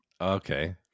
okay